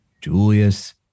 Julius